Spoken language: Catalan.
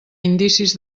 indicis